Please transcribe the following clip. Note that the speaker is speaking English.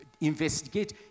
investigate